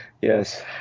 Yes